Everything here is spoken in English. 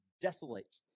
desolate